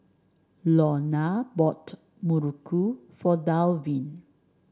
Lorna bought muruku for Dalvin